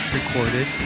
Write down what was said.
recorded